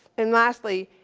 and lastly,